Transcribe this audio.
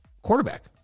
Quarterback